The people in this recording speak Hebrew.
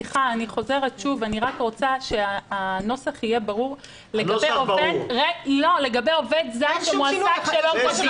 אני רק רוצה שהנוסח יהיה ברור לגבי עובד זר שמועסק שלא כדין.